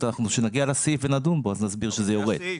כשנגיע לסעיף ונדון בו, נסביר שזה יורד.